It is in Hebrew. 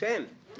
הגענו לראש העין,